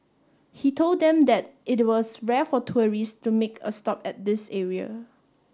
he told them that it was rare for tourists to make a stop at this area